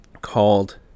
called